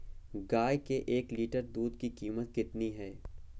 गाय के एक लीटर दूध की कीमत कितनी है?